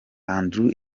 andrew